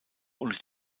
unter